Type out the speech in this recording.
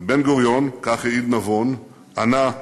ובן-גוריון, כך העיד נבון, ענה: